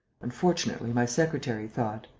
unfortunately my secretary thought.